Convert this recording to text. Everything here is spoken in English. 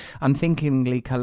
unthinkingly